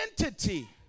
identity